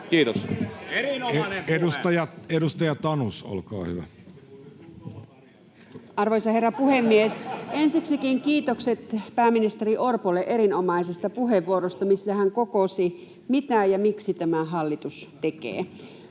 Time: 10:51 Content: Arvoisa herra puhemies! Ensiksikin kiitokset pääministeri Orpolle erinomaisesta puheenvuorosta, missä hän kokosi, mitä ja miksi tämä hallitus tekee.